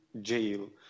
jail